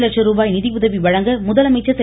லட்ச ரூபாய் நிதியுதவி வழங்க முதலமைச்சர் திரு